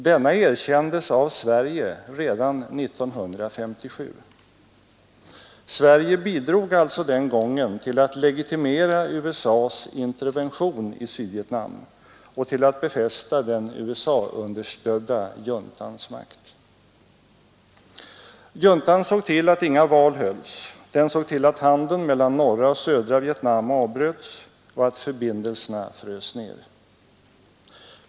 Denna erkändes av Sverige redan 1957. Sverige bidrog alltså den gången till att legitimera USA:s intervention i Sydvietnam och till att befästa den USA-understödda juntans makt. Juntan såg till att inga val hölls, den såg till att handeln mellan norra och södra Vietnam avbröts och att förbindelserna frystes ner.